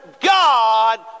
God